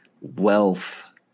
wealth